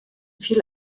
viel